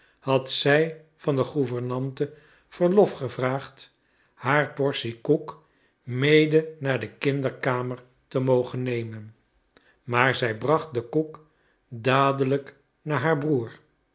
had zij van de gouvernante verlof gevraagd haar portie koek mede naar de kinderkamer te mogen nemen maar zij bracht de koek dadelijk naar haar broeder